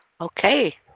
Okay